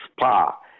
spa